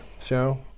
show